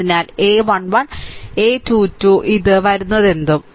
അതിനാൽ a 1 1 a 2 2 a 2 2 ഇത് വരുന്നതെന്തും